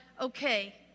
okay